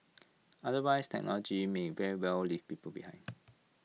otherwise technology may very well leave people behind